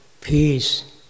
peace